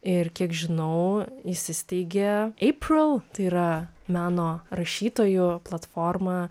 ir kiek žinau įsisteigė eipril tai yra meno rašytojų platforma